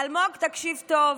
אלמוג, תקשיב טוב.